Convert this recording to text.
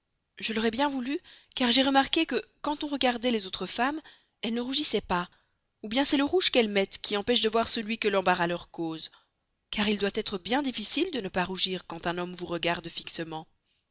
je l'aurais bien voulu car j'ai remarqué que quand on regardait les autres femmes elles ne rougissaient pas ou bien c'est le rouge qu'elles mettent qui empêche de voir celui que l'embarras leur cause car il doit être bien difficile de ne pas rougir quand un homme vous regarde fixement